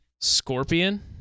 Scorpion